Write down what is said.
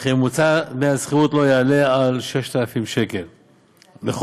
וממוצע דמי השכירות לא יעלה על 6,000 ש"ח לחודש.